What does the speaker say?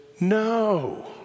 no